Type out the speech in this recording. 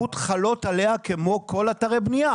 הבטיחות חלות עליה כמו כל אתרי בניה,